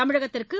தமிழகத்திற்கு